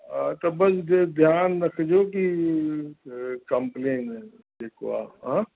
हा त बसि ध्यानु रखिजो की कंप्लेन जेको आहे हा